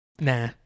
Nah